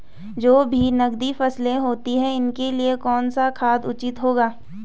जो भी नकदी फसलें होती हैं उनके लिए कौन सा खाद उचित होगा?